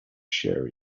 share